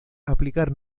aplicar